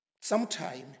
Sometime